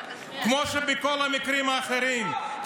כמו בכל המקרים האחרים,